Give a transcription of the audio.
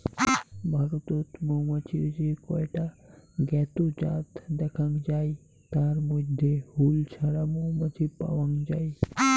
ভারতত মৌমাছির যে কয়টা জ্ঞাত জাত দ্যাখ্যাং যাই তার মইধ্যে হুল ছাড়া মৌমাছি পাওয়াং যাই